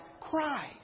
Christ